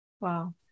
Wow